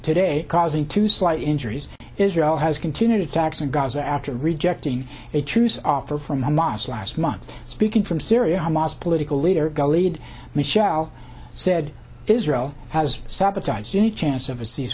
today causing two slight injuries israel has continued attacks in gaza after rejecting a truce offer from hamas last month speaking from syria hamas political leader gullied michel said israel has sabotage any chance of a cease